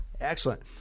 Excellent